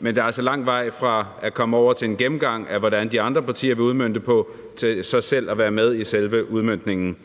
Men der er altså lang vej fra at komme over til en gennemgang af, hvordan de andre partier vil udmønte det, til selv at være med i selve udmøntningen.